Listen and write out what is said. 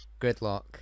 Gridlock